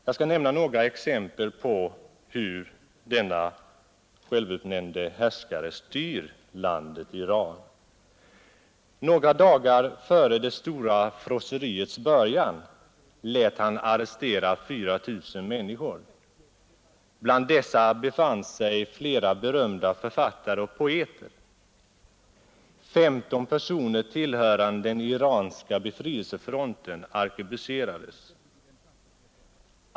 Jag skall nämna några exempel på hur denne självutnämnde härskare styr landet Iran, Några dagar före det stora frosseriets början lät han arrestera 4 000 människor — bland dessa befann sig flera berömda författare och poeter — och 15 personer tillhörande den iranska befrielsefronten arkebuserades.